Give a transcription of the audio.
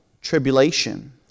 tribulation